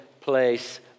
place